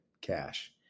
cash